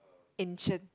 ancient